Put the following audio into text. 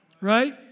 right